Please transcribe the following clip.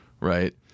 right